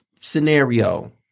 scenario